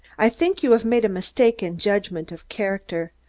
i think you have made a mistake in judgment of character.